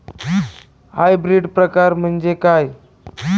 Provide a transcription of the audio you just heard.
Hybrid प्रकार म्हणजे काय?